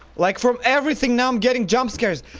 like from everything now i'm getting jump scares!